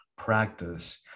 practice